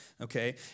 Okay